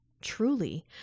Truly